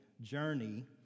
journey